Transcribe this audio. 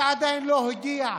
שעדיין לא הגיע,